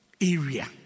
area